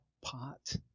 pot